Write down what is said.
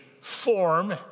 form